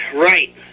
right